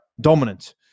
dominant